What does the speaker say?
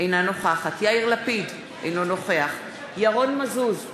אינה נוכחת יאיר לפיד, אינו נוכח ירון מזוז,